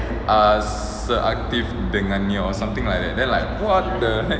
uh seaktif dengan dia or something like that then like what the heck